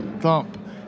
thump